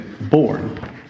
born